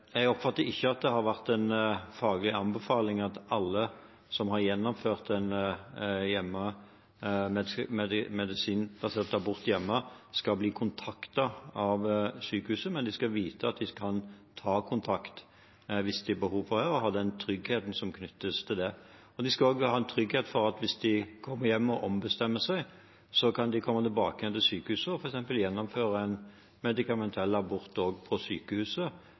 Jeg oppfatter ikke at det har vært en faglig anbefaling at alle som har gjennomført en medisinbasert abort hjemme, skal bli kontaktet av sykehuset, men de skal vite at de kan ta kontakt hvis de har behov for det, og ha den tryggheten som knyttes til det. De skal også ha den tryggheten at om de kommer hjem og ombestemmer seg, kan de komme tilbake igjen til sykehuset og f.eks. gjennomføre en medikamentell abort på sykehuset.